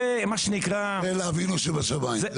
זה מה שנקרא 'אלא אבינו שבשמיים'.